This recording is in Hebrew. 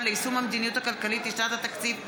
ליישום המדיניות הכלכלית לשנת התקציב 2019),